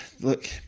look